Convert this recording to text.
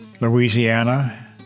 Louisiana